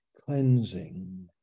cleansing